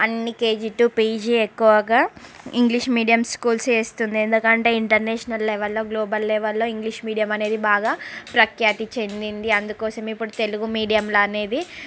అన్నీకేజీ to PG ఎక్కువగా English medium schools వస్తుంది ఎందుకంటే ఇంటర్నేషనల్ లెవెల్లో గ్లోబల్ లెవెల్లో ఇంగ్లీష్ మీడియం అనేది బాగా ప్రఖ్యాతి చెందింది అందుకోసం ఇప్పుడు తెలుగు మీడియంలు అనేది